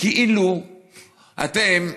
כאילו אתם,